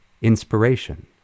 inspiration